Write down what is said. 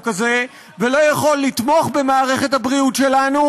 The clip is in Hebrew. הזה ולא יכול לתמוך במערכת הבריאות שלנו,